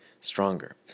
stronger